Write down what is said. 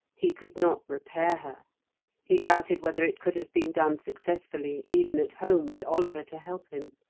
he could not repair her he doubted whether it could have been done successfully even at home with oliver to help him.